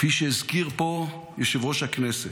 כפי שהזכיר פה יושב-ראש הכנסת,